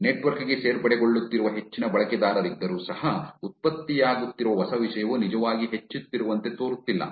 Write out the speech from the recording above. network ಗೆ ಸೇರ್ಪಡೆಗೊಳ್ಳುತ್ತಿರುವ ಹೆಚ್ಚಿನ ಬಳಕೆದಾರರಿದ್ದರೂ ಸಹ ಉತ್ಪತ್ತಿಯಾಗುತ್ತಿರುವ ಹೊಸ ವಿಷಯವು ನಿಜವಾಗಿ ಹೆಚ್ಚುತ್ತಿರುವಂತೆ ತೋರುತ್ತಿಲ್ಲ